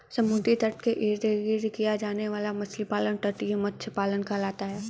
समुद्र तट के इर्द गिर्द किया जाने वाला मछली पालन तटीय मत्स्य पालन कहलाता है